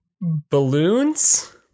balloons